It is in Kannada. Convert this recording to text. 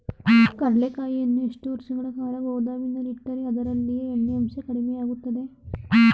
ಕಡ್ಲೆಕಾಯಿಯನ್ನು ಎಷ್ಟು ವರ್ಷಗಳ ಕಾಲ ಗೋದಾಮಿನಲ್ಲಿಟ್ಟರೆ ಅದರಲ್ಲಿಯ ಎಣ್ಣೆ ಅಂಶ ಕಡಿಮೆ ಆಗುತ್ತದೆ?